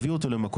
להביא אותו למקום,